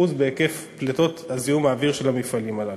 בהיקף פליטות זיהום האוויר של המפעלים האלה.